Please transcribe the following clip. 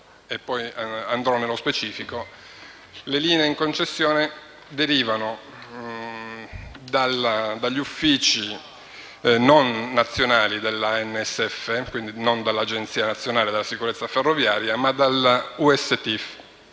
le linee in concessione derivano non dagli uffici nazionali dell'ANSF, quindi non dall'Agenzia nazionale per la sicurezza delle ferrovie, ma dall'USTIF,